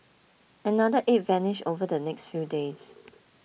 another eight vanished over the next few days